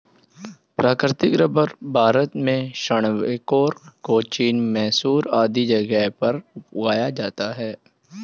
प्राकृतिक रबर भारत में त्रावणकोर, कोचीन, मैसूर आदि जगहों पर उगाया जाता है